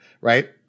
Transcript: right